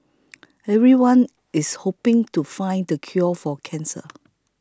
everyone is hoping to find the cure for cancer